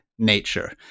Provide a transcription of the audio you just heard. nature